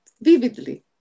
vividly